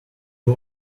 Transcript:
two